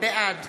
בעד